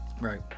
Right